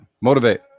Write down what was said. motivate